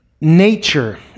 nature